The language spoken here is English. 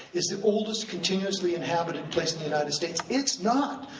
is the oldest continuously inhabited place in the united states, it's not.